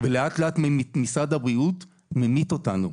ולאט-לאט משרד הבריאות ממית אותנו.